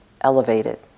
elevated